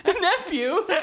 nephew